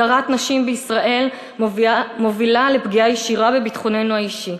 הדרת נשים בישראל מובילה פגיעה ישירה בביטחוננו האישי,